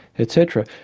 etc,